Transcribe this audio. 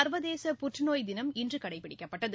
சர்வதேச புற்றுநோய் தினம் இன்று கடைபிடிக்கப்பட்டது